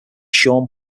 sean